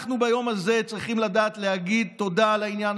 אנחנו ביום הזה צריכים לדעת להגיד תודה על העניין